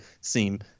seem